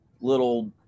little